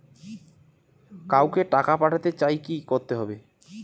কাউকে টাকা পাঠাতে চাই কি করতে হবে?